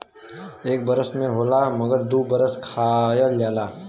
एक बरस में होला मगर दू बरस खायल जाला